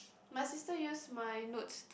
my sister use my notes